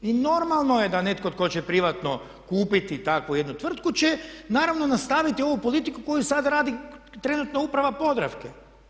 I normalno je da netko tko će privatno kupiti takvu jednu tvrtku će naravno nastaviti ovu politiku koju sad radi trenutno Uprava Podravke.